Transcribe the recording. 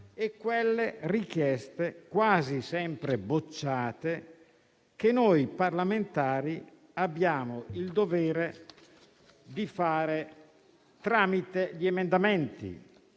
e le richieste, quasi sempre bocciate, che noi parlamentari abbiamo il dovere di porre, tramite gli emendamenti.